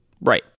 Right